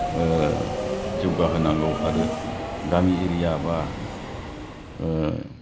जौगाहोनांगौ आरो गामि एरिया बा